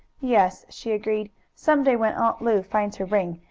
yes, she agreed. some day when aunt lu finds her ring,